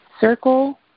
circle